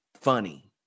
funny